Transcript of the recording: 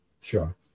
sure